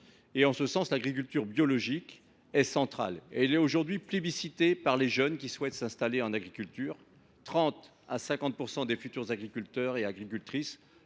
En ce sens, l’agriculture biologique est centrale, puisqu’elle est plébiscitée par les jeunes qui souhaitent s’installer en agriculture : 30 % à 50 % des futurs agriculteurs et agricultrices